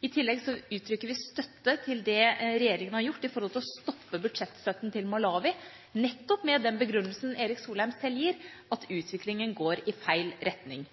I tillegg uttrykker vi støtte til det regjeringa har gjort når det gjelder å stoppe budsjettstøtten til Malawi nettopp med den begrunnelsen Erik Solheim sjøl gir – at utviklingen går i feil retning.